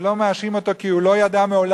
אני לא מאשים אותו, כי הוא לא ידע מעולם,